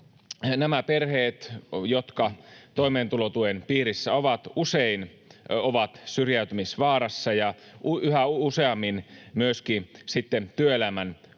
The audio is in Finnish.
nämä perheet, jotka toimeentulotuen piirissä ovat, usein ovat syrjäytymisvaarassa ja yhä useammin myöskin työelämän